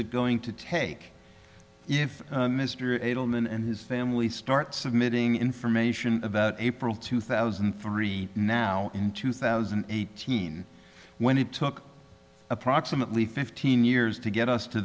it going to take if mr edelman and his family start submitting information about april two thousand and three now in two thousand and eighteen when it took approximately fifteen years to get us to